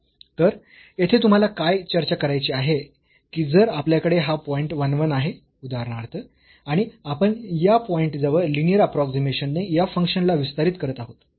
तर येथे तुम्हाला काय चर्चा करायची आहे की जर आपल्याकडे हा पॉईंट 1 1 आहे उदाहरणार्थ आणि आपण या पॉईंट जवळ लिनीअर अप्रोक्सीमेशनने या फंक्शनला विस्तारित करत आहोत